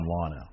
Lana